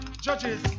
Judges